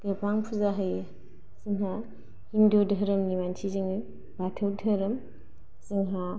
गोबां फुजा होयो जोंहा हिन्दु धोरोमनि मानसि जोङो बाथौ धोरोम जोंहा